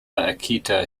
akita